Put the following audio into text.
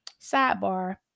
sidebar